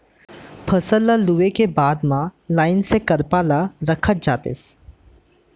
फसल ल लूए के बाद म लाइन ले करपा ल रखत जातिस